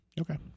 Okay